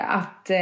att